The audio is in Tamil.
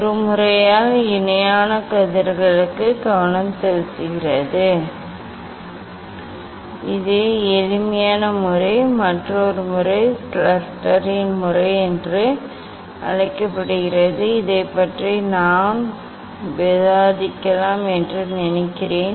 ஒரு முறையால் இணையான கதிர்களுக்கு கவனம் செலுத்துகிறது இது எளிமையான முறை மற்றொரு முறை ஷஸ்டரின் முறை என்று அழைக்கப்படுகிறது இதைப் பற்றி நான் விவாதிக்கலாம் என்று நினைக்கிறேன்